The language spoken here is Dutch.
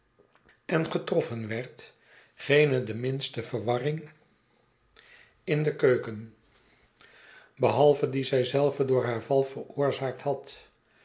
en getroffen werd geene de minste verwarringin moorddadige aanval op jufveouw jo de keuken behalve die zij zelve door haar val veroorzaakt had